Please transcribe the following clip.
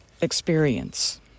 experience